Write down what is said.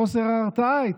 חוסר הרתעה היה,